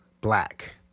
black